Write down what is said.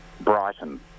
Brighton